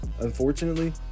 Unfortunately